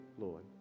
Lord